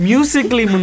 Musically